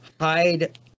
hide